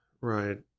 Right